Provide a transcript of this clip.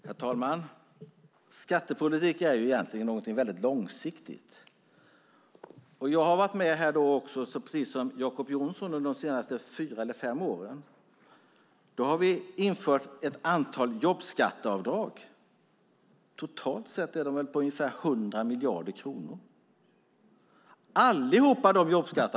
Herr talman! Skattepolitik är egentligen någonting väldigt långsiktigt. Jag har, precis som Jacob Johnson, varit med de senaste fyra eller fem åren. Vi har infört ett antal jobbskatteavdrag på totalt ungefär 100 miljarder kronor.